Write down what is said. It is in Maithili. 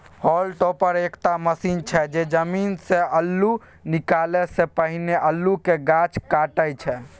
हॉल टॉपर एकटा मशीन छै जे जमीनसँ अल्लु निकालै सँ पहिने अल्लुक गाछ काटय छै